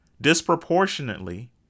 disproportionately